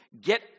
get